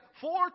four